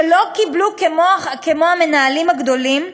שלא קיבלו כמו המנהלים הגדולים,